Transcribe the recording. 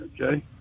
okay